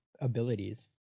abilities